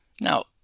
Now